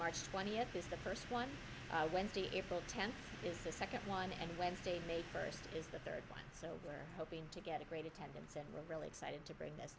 march twentieth is the first one wednesday april tenth is the second one and wednesday may first is the third one so hoping to get a great attendance and we're really excited to bring th